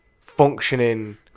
functioning